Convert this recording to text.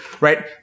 right